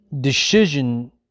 decision